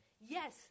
Yes